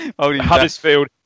Huddersfield